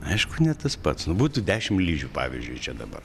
aišku ne tas pats nu būtų dešim ližių pavyzdžiui čia dabar